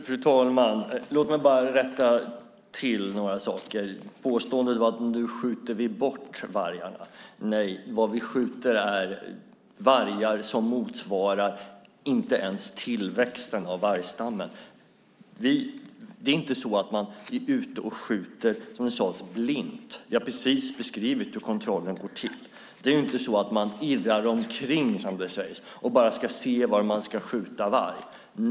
Fru talman! Låt mig bara rätta till några saker. Nu skjuter vi bort vargarna, påstods det. Nej. De vargar vi skjuter motsvarar inte ens tillväxten av vargstammen. Vi är inte ute och skjuter "blint", som det sades. Jag har precis beskrivit hur kontrollen går till. Det är inte så att man "irrar runt", som det också sades, och ser var man ska skjuta varg.